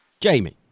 Jamie